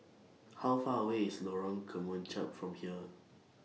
How Far away IS Lorong Kemunchup from here